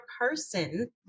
person